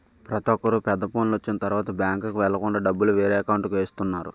ప్రతొక్కరు పెద్ద ఫోనులు వచ్చిన తరువాత బ్యాంకుకి వెళ్ళకుండా డబ్బులు వేరే అకౌంట్కి వేస్తున్నారు